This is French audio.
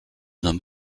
homme